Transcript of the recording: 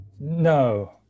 No